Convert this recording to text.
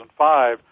2005